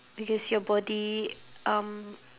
because your body um